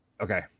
Okay